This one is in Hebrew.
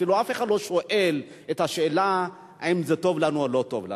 אף אחד אפילו לא שואל את השאלה אם זה טוב לנו או לא טוב לנו.